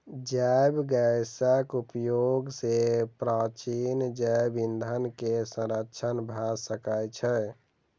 जैव गैसक उपयोग सॅ प्राचीन जैव ईंधन के संरक्षण भ सकै छै